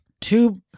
Two